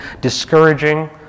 discouraging